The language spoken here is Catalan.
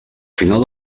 final